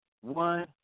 One